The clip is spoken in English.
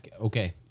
Okay